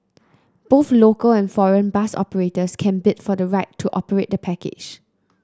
both local and foreign bus operators can bid for the right to operate the package